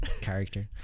character